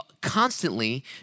constantly